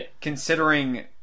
Considering